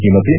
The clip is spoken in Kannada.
ಈ ಮಧ್ಯೆ